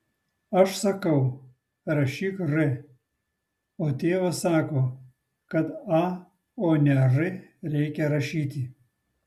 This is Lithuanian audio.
aš sakau rašyk r o tėvas sako kad a o ne r reikia rašyti